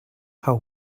how